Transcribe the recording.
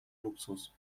luxus